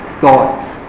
thoughts